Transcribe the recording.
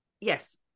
yes